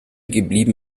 geblieben